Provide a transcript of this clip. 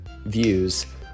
views